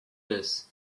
this